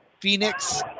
Phoenix